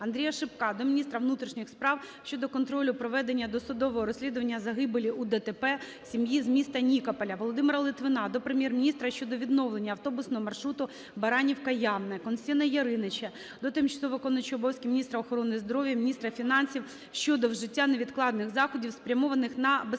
Андрія Шипка до міністра внутрішніх справ щодо контролю проведення досудового розслідування загибелі у ДТП сім'ї з міста Нікополя. Володимира Литвина до Прем'єр-міністра щодо відновлення автобусного маршруту Баранівка-Явне. Костянтина Яриніча до тимчасово виконуючої обов'язки міністра охорони здоров'я, міністра фінансів щодо вжиття невідкладних заходів спрямованих на безперебійне